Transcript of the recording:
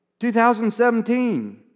2017